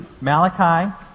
Malachi